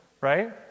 Right